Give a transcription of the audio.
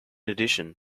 addition